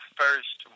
first